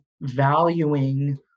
valuing